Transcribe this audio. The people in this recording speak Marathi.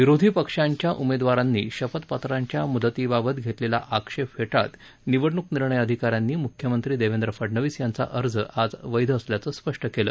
विरोधी पक्षांच्या उमेदवारांनी शपथ पत्रांच्या मुदतीबाबत घेतलेला आक्षेप फेटाळत निवडणूक निर्णय अधिका यांनी मुख्यमंत्री देवेंद्र फडणवीस यांचा अर्ज आज वैध असल्याचं स्पष्ट केलं